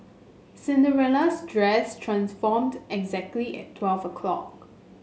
Cinderella's dress transformed exactly at twelve o'clock